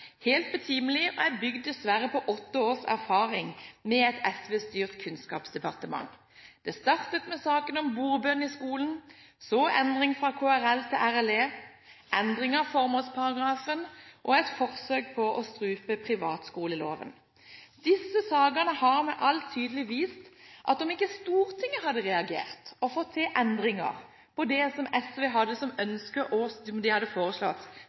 helt betimelig, og er dessverre bygd på åtte års erfaring med et SV-styrt kunnskapsdepartement. Det startet med saken om bordbønn i skolen, så endring av KRL til RLE, endring av formålsparagrafen og et forsøk på å strupe privatskoleloven. Disse sakene har med all tydelighet vist at om ikke Stortinget hadde reagert og fått til endringer på det som SV hadde som ønske, og som de hadde foreslått,